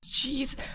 Jeez